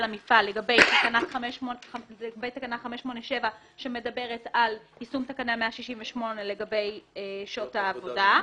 המפעל לגבי תקנה 55 שמדברת על יישום תקנה 168 לגבי שעות עבודה ומנוחה.